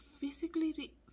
physically